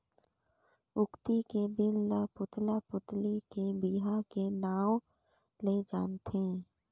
अक्ती के दिन ल पुतला पुतली के बिहा के नांव ले जानथें